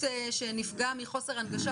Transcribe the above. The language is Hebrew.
שהוא לא נגיש,